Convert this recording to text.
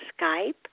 Skype